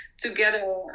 together